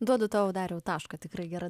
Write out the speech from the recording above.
duodu tau dariau tašką tikrai gera